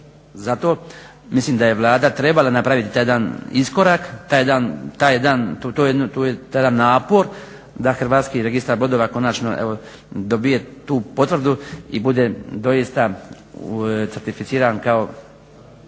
Zato mislim da je vlada trebala napraviti taj jedan iskorak, taj jedan, taj jedan napor da Hrvatski registar brodova konačno evo dobije tu potvrdu i bude doista certificiran kao,